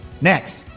Next